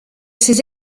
ses